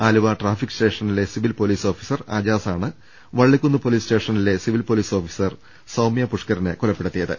Aluva traffic സ്റ്റേഷനിലെ civil police officer അജാസാണ് വള്ളിക്കുന്ന് പൊലീസ് സ്റ്റേഷനിലെ സിവിൽ പൊലീസ് ഓഫീസർ സൌമ്യ പുഷ്കരനെ കൊലപ്പെടുത്തിയത്